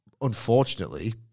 unfortunately